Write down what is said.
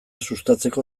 sustatzeko